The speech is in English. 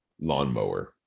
lawnmower